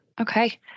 Okay